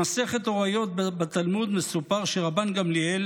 במסכת הוריות בתלמוד מסופר שרבן גמליאל